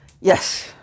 Yes